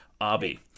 Abby